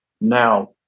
now